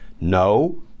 no